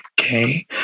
okay